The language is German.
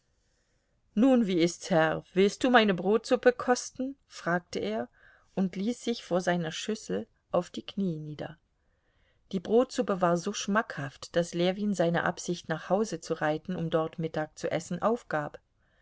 nun wie ist's herr willst du meine brotsuppe kosten fragte er und ließ sich vor seiner schüssel auf die knie nieder die brotsuppe war so schmackhaft daß ljewin seine absicht nach hause zu reiten um dort zu mittag zu essen aufgab